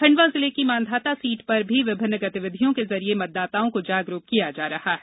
खंडवा जिले की मांधाता सीट पर भी विभिन्न गतिविधियों के जरिए मतदाताओं को जागरूक किया जा रहा है